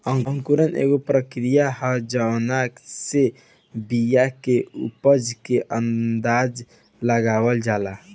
अंकुरण एगो प्रक्रिया ह जावना से बिया के उपज के अंदाज़ा लगावल जाला